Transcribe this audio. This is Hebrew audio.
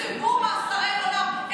יקצבו מאסרי עולם.